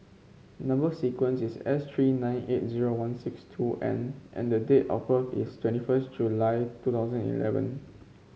number sequence is S three nine eight zero one six two N and date of birth is twenty first July two thousand and eleven